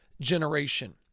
generation